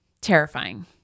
terrifying